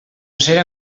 serà